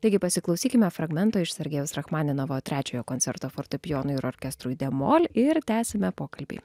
taigi pasiklausykime fragmento iš sergejaus rachmaninovo trečiojo koncerto fortepijonui ir orkestrui d mol ir tęsiame pokalbį